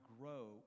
grow